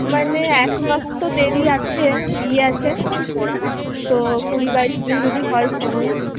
মানে এক মাস তো দেরি আছে বিয়ে আছে তো কুড়ি বাইশ দিন যদি হয় সময়